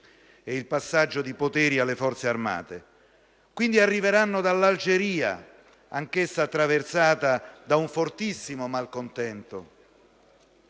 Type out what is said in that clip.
e il passaggio di poteri alle Forze armate. Quindi, arriveranno dall'Algeria, anch'essa attraversata da un fortissimo malcontento,